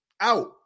out